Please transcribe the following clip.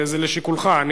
זה לשיקולך.